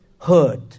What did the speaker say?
hurt